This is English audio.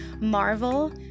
marvel